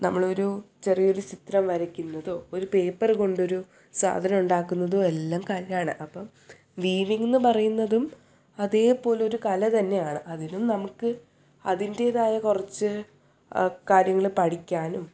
നമ്മളൊരു ചെറിയൊരു ചിത്രം വരക്കുന്നതോ ഒരു പേപ്പർ കൊണ്ടൊരു സാധനമുണ്ടാക്കുന്നതും എല്ലാം കലയാണ് അപ്പം വീവിങ്ങ് എന്നു പറയുന്നതും അതേപോലൊരു കല തന്നെയാണ് അതിനും നമുക്ക് അതിൻ്റേതായ കുറച്ച് കാര്യങ്ങൾ പഠിക്കാനും